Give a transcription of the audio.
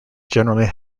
generally